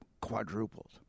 quadrupled